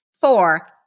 Four